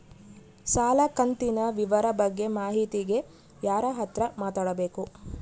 ಸಾಲ ಕಂತಿನ ವಿವರ ಬಗ್ಗೆ ಮಾಹಿತಿಗೆ ಯಾರ ಹತ್ರ ಮಾತಾಡಬೇಕು?